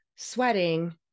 sweating